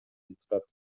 депутат